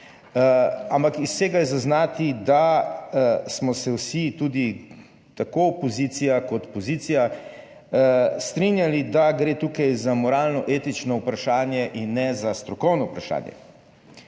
ampak iz vsega je zaznati, da smo se vsi, tudi tako opozicija kot pozicija strinjali, da gre tukaj za moralno etično vprašanje in ne za strokovno vprašanje.